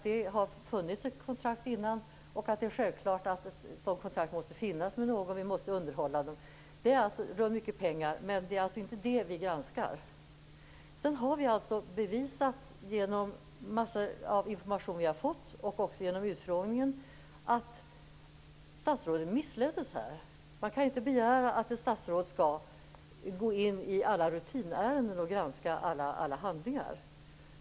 Det har funnits ett kontrakt tidigare; självklart måste det också finnas ett sådant kontrakt med någon; motorerna måste underhållas, och det rör mycket pengar - men det är inte det vi granskar. Sedan är det bevisat, både genom all den information vi har fått och genom utfrågningen, att statsrådet här missleddes. Man kan inte begära att ett statsråd skall gå in i alla rutinärenden och granska alla handlingar.